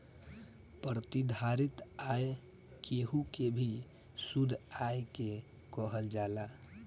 प्रतिधारित आय केहू के भी शुद्ध आय के कहल जाला